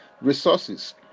resources